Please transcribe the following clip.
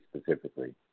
specifically